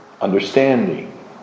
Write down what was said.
understanding